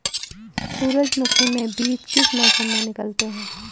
सूरजमुखी में बीज किस मौसम में निकलते हैं?